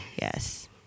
Yes